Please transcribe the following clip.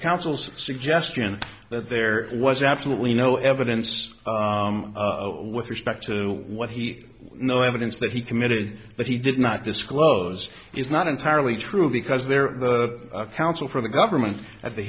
counsels suggestion that there was absolutely no evidence with respect to what he no evidence that he committed that he did not disclose is not entirely true because their counsel for the government at the